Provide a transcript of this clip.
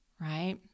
right